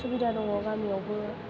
सुबिदा दङ गामियावबो